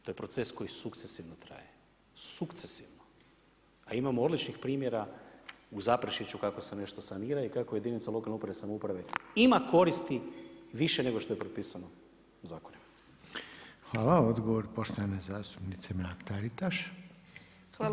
To je proces koji sukcesivno traje, sukcesivno, a imamo odličnih primjera u Zaprešiću kako se nešto sanira i kako jedinice lokalne uprave i samouprave ima koristi i više nego što je propisano zakonima.